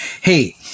Hey